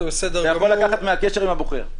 אתה יכול לקחת מהקשר עם הבוחר, אני מניח.